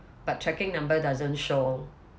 but tracking number doesn't show